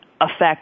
affect